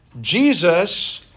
Jesus